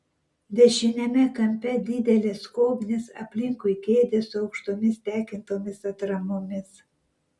dešiniame kampe didelės skobnys aplinkui kėdės su aukštomis tekintomis atramomis